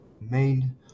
main